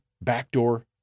backdoor